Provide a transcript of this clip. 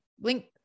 Link